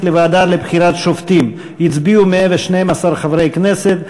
לוועדה לבחירה שופטים הצביעו 112 חברי כנסת.